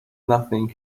nothing